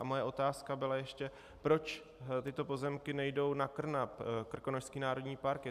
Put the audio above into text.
Moje otázka byla ještě, proč tyto pozemky nejdou na KRNAP, Krkonošský národní park.